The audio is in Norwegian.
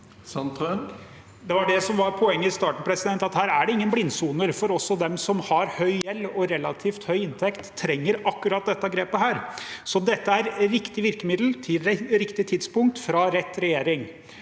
Det var det som var poenget i starten, at her er det ingen blindsoner, for også de som har høy gjeld og relativt høy inn tekt, trenger akkurat dette grepet. Så dette er riktig virkemiddel til riktig tidspunkt fra rett regjering.